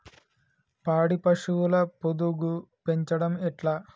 పాడి పశువుల పొదుగు పెంచడం ఎట్లా?